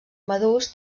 madurs